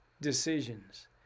Decisions